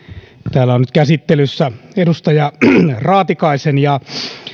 täällä on nyt käsittelyssä edustaja raatikaisen ja